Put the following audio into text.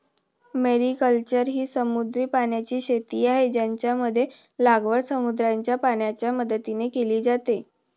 mariculture ही समुद्री पाण्याची शेती आहे, ज्यामध्ये लागवड समुद्राच्या पाण्याच्या मदतीने केली जाते